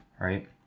right